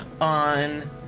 on